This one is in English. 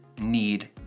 need